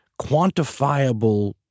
quantifiable